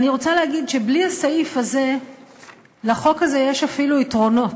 אני רוצה להגיד שבלי הסעיף הזה לחוק הזה יש אפילו יתרונות,